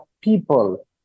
people